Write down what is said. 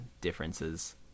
differences